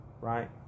Right